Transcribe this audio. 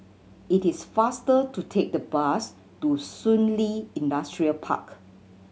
it is faster to take the bus to Shun Li Industrial Park